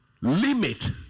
limit